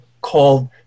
called